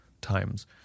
times